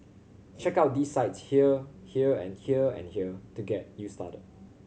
check out these sites here here and here and here to get you started